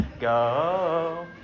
go